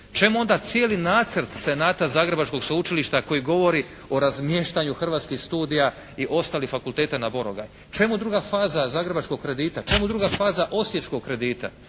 Čemu onda cijeli nacrt Senata Zagrebačkog sveučilišta koji govori o razmještanju Hrvatskih studija i ostalih fakulteta na Borongaj? Čemu druga faza zagrebačkog kredita? Čemu druga faza osječkog kredita?